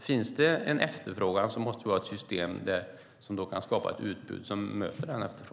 Finns det en efterfrågan måste vi förstås ha ett system som kan skapa ett utbud som möter denna efterfrågan.